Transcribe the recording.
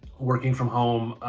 working from home,